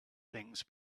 things